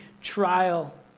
trial